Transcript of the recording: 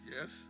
yes